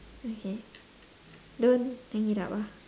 okay don't bring it up ah